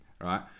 Right